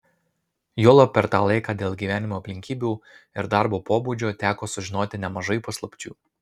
juolab per tą laiką dėl gyvenimo aplinkybių ir darbo pobūdžio teko sužinoti nemažai paslapčių